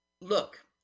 look